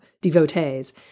devotees